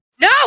No